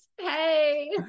Hey